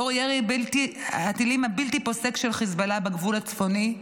בשל ירי הטילים הבלתי-פוסק של חיזבאללה בגבול הצפוני,